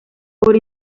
por